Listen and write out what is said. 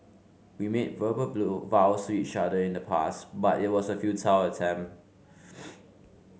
we made verbal blue vows to each other in the past but it was a futile attempt